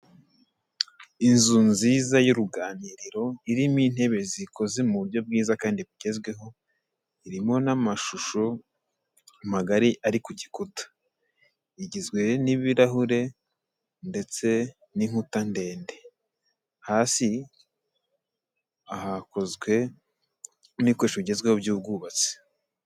Inzu nziza y'uruganiriro, irimo intebe zikoze mu buryo bwiza kandi bugezweho, irimo n'amashusho magari ari ku gikuta. Igizwe n'ibirahure ndetse n'inkuta ndende. Hasi hakozwe n'ibikoresho bigezweho by'ubwubatsi.